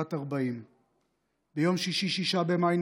בת 40. ביום שישי 6 במאי,